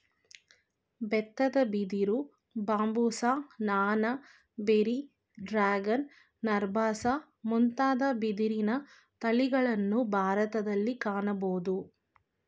ಬೆತ್ತದ ಬಿದಿರು, ಬಾಂಬುಸ, ನಾನಾ, ಬೆರ್ರಿ, ಡ್ರ್ಯಾಗನ್, ನರ್ಬಾಸ್ ಮುಂತಾದ ಬಿದಿರಿನ ತಳಿಗಳನ್ನು ಭಾರತದಲ್ಲಿ ಕಾಣಬೋದು